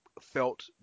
felt